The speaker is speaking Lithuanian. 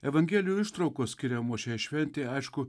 evangelijų ištraukos skiriamos šiai šventei aišku